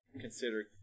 consider